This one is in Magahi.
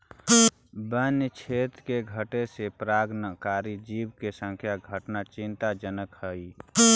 वन्य क्षेत्र के घटे से परागणकारी जीव के संख्या घटना चिंताजनक हइ